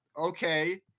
Okay